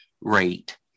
rate